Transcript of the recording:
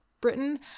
Britain